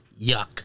Yuck